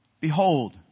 Behold